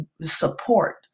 support